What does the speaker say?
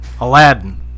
Aladdin